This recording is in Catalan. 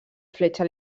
fletxa